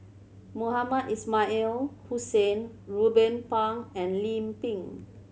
Mohamed Hussain Ruben Pang and Lim Pin